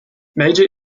major